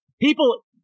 people